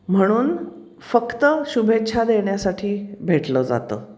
म्हणून फक्त शुभेच्छा देण्यासाठी भेटलं जातं